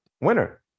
winner